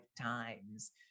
times